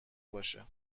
باشه